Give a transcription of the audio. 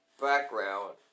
background